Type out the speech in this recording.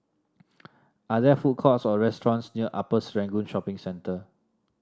are there food courts or restaurants near Upper Serangoon Shopping Centre